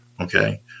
okay